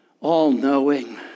all-knowing